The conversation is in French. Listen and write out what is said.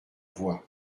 voix